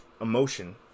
emotion